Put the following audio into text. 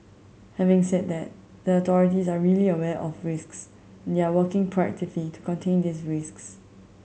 having said that the authorities are really aware of risks and they are working proactively to contain these risks